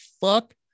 fuck